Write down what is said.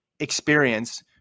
experience